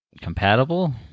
compatible